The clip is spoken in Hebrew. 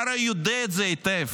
אתה הרי יודע את זה היטב.